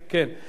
יופי.